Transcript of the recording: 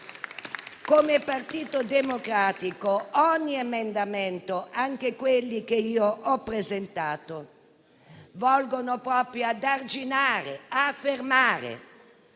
Come Partito Democratico, ogni emendamento, anche quelli che ho presentato, volgono proprio ad arginare e fermare